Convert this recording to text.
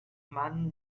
man